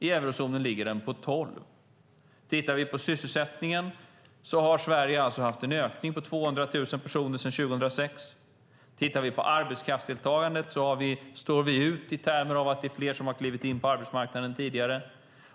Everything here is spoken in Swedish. I eurozonen ligger den på 12 procent. Sysselsättningen i Sverige har ökat med 200 000 personer sedan 2006. När det gäller arbetskraftsdeltagandet står vi ut i termer av att det är fler som har klivit in på arbetsmarknaden än tidigare.